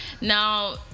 Now